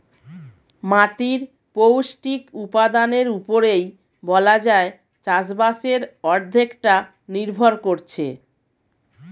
মাটির পৌষ্টিক উপাদানের উপরেই বলা যায় চাষবাসের অর্ধেকটা নির্ভর করছে